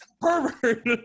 Pervert